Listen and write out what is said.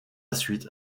suite